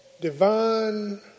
Divine